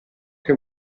che